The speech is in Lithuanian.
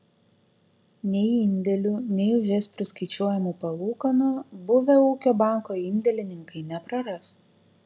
nei indėlių nei už jas priskaičiuojamų palūkanų buvę ūkio banko indėlininkai nepraras